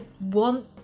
want